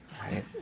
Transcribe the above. right